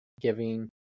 giving